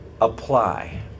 apply